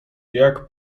jak